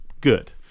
good